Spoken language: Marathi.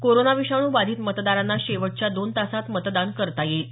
कोरोना विषाणू बाधित मरदारांना शेवटच्या दोन तासात मतदान करता येईल